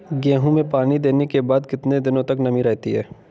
गेहूँ में पानी देने के बाद कितने दिनो तक नमी रहती है?